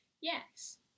yes